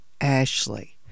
ashley